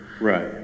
Right